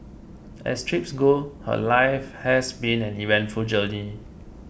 as trips go her life has been an eventful journey